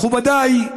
מכובדיי,